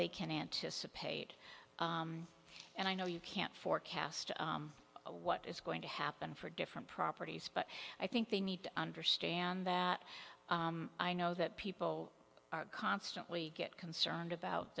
they can anticipate and i know you can't forecast what is going to happen for different properties but i think they need to understand that i know that people are constantly get concerned about